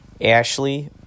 Ashley